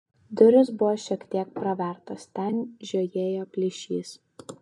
durys buvo šiek tiek pravertos ten žiojėjo plyšys